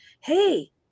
Hey